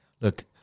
look